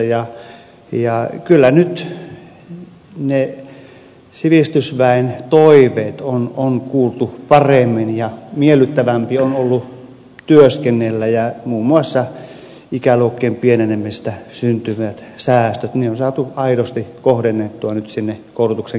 kyllä nyt ne sivistysväen toiveet on kuultu paremmin ja miellyttävämpi on ollut työskennellä ja muun muassa ikäluokkien pienenemisestä syntyneet säästöt on saatu aidosti kohdennettua nyt sinne koulutuksen kehittämiseen